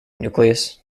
nucleus